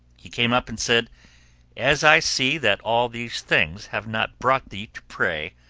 he came up and said as i see that all these things have not brought thee to pray,